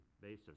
basis